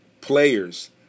players